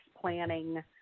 planning